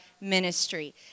ministry